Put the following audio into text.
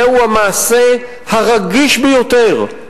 זהו המעשה הרגיש ביותר,